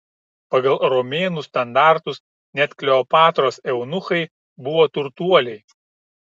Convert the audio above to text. pagal romėnų standartus net kleopatros eunuchai buvo turtuoliai